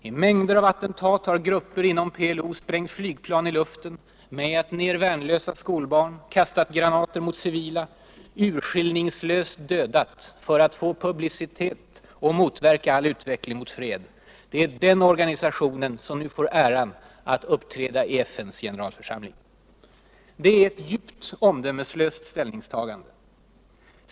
I mängder av attentat har grupper inom PLO sprängt flygplan i luften, mejat ner värnlösa skolbarn, kastat granater mot civila, urskillningslöst dödat för att få publicitet och motverka all utveckling mot fred. Det är den organisationen som nu får äran att uppträda i FN:s generalförsamling. Det är ett djupt omdömeslöst ställningstagande.